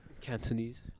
Cantonese